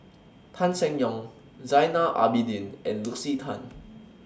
Tan Seng Yong Zainal Abidin and Lucy Tan